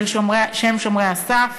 שהם שומרי הסף: